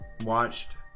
watched